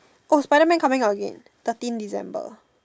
oh Spiderman coming out again thirteen December